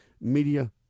media